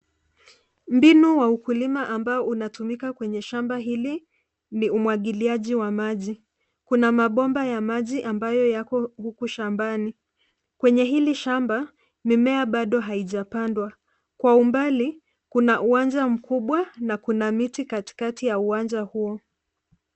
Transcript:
Mbinu wa ukulima ambao unatumika kwenye shamba hili ni umwagiliaji wa maji. Kuna mabomba ya maji ambayo yako huku shambani. Kwenye hili shamba, mimea bado haijapandwa. Kwa umbali, kuna uwanja mkubwa na kuna miti katikati ya uwanja huo.